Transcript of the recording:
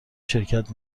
شرکت